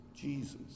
Jesus